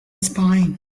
spine